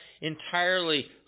entirely